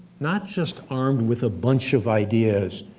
not just armed with a bunch of ideas,